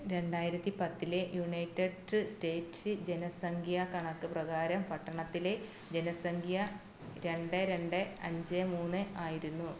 രണ്ടായിരത്തി പത്തിലെ United States ജനസംഖ്യ കണക്ക് പ്രകാരം പട്ടണത്തിലെ ജനസംഖ്യ രണ്ട് രാ രണ്ട് അഞ്ച് മൂന്ന് ആയിരുന്നു